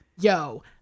Yo